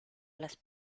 las